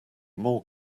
more